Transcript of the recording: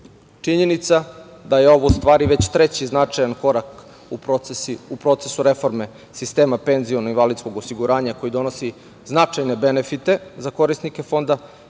Činjenica da je ovo u stvari, već treći značajan korak u procesu reforme sistema penzionog i invalidskog osiguranja koji donosi značajne benefite za korisnike fonda,